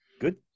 Good